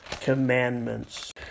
commandments